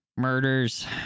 murders